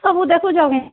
ସବୁ ଦେଖୁଛ କେଁ